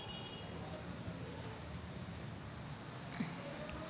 संत्र्यावर वर टॅक्टर न फवारनी चांगली जमन का?